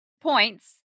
points